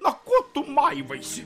o ko tu maivaisi